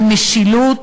במשילות